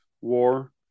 war